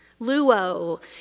Luo